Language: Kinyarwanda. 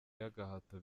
y’agahato